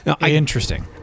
Interesting